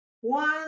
one